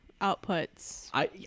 outputs